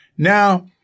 Now